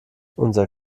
unser